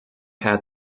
had